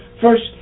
First